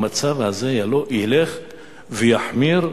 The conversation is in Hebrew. המצב הזה ילך ויחמיר,